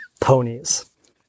ponies